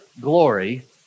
glory